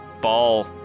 ball